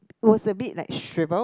was a bit like shriveled